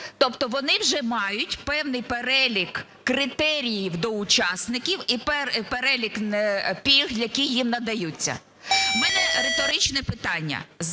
Тобто вони вже мають певний перелік критеріїв до учасників і перелік пільг, які їм надаються. В мене риторичне питання.